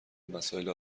مسائل